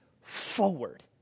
forward